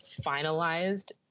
finalized